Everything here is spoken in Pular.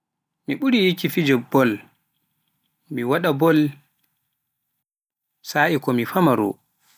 Mi ɓuri yikki fijo boll, miwaɗa boll sa'I ko mi famaarow.